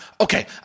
Okay